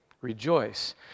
Rejoice